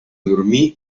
dormir